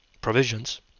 provisions